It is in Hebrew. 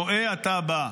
טועה אתה בה.